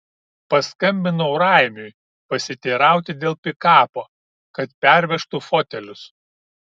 paskambinau raimiui pasiteirauti dėl pikapo kad pervežtų fotelius